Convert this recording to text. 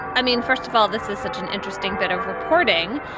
i mean, first of all, this is such an interesting bit of reporting.